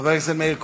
חבר הכנסת מאיר כהן,